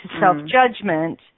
self-judgment